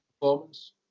performance